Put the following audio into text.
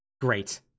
Great